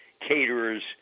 caterers